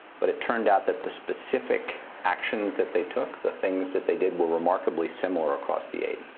but it turned out that the specific actions that they took, the things that they did, were remarkably similar across the eight.